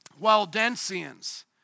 Waldensians